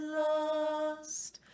lost